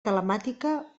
telemàtica